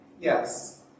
Yes